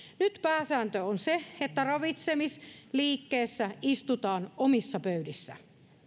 nyt pääsääntö on se että ravitsemisliikkeessä istutaan omissa pöydissä